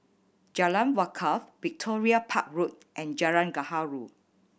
Jalan Wakaff Victoria Park Road and Jalan Gaharu